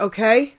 Okay